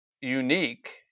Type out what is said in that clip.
unique